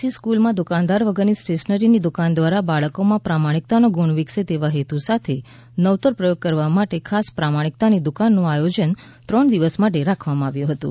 C સ્ક્રલમાં દુકાનદાર વગરની સ્ટેશનરીની દુકાન દ્વારા બાળકોમાં પ્રમાણિકતાનો ગુણ વિકસે તેવા હેતુ સાથે નવતર પ્રયોગ કરવા માટે ખાસ પ્રમાણિકતાની દુકાનનું આયોજન ત્રણ દિવસ માટે રાખવામાં આવ્યું હતું